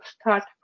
start